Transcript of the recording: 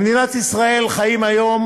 במדינת ישראל חיים היום